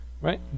right